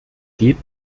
geht